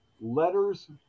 Letters